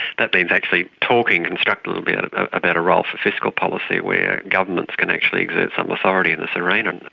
that means actually talking constructively but yeah ah about a role fiscal policy where governments can actually exert some authority in this arena.